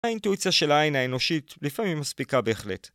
האינטואיציה של העין האנושית לפעמים מספיקה בהחלט.